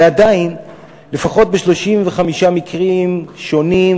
ועדיין לפחות ב-35 מקרים שונים,